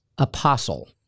apostle